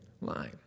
line